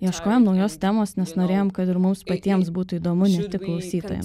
ieškojom naujos temos nes norėjom kad ir mums patiems būtų įdomu ne tik klausytojam